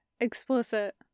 explicit